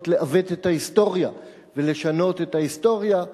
לעוות את ההיסטוריה ולשנות את ההיסטוריה.